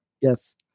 yes